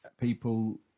people